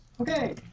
Okay